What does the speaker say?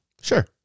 Sure